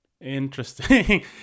Interesting